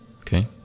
okay